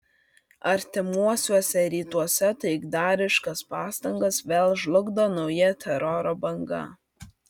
artimuosiuose rytuose taikdariškas pastangas vėl žlugdo nauja teroro banga